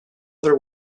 their